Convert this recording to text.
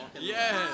yes